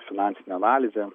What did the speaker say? finansinė analizė